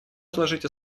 отложить